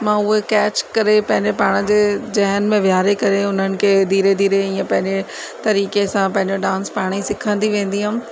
मां उहे कैच करे पंहिंजे पाण जे जेहनि में विहारे करे उन्हनि खे इअं धीरे धीरे इअं पंहिंजे तरीक़े सां पंहिंजो डांस पाणे सिखंदी वेंदी हुअमि